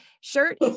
shirt